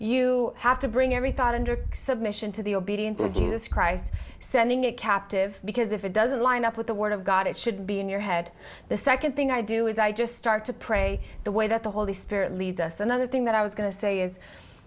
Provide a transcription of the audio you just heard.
you have to bring every thought under submission to the obedience of jesus christ sending it captive because if it doesn't line up with the word of god it should be in your head the second thing i do is i just start to pray the way that the holy spirit leads us another thing that i was going to say is